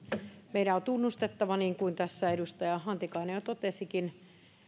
meidän on tunnustettava niin kuin tässä edustaja antikainen jo totesikin